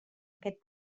aquest